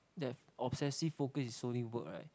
their obsessive focus is solely work right